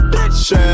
Bitch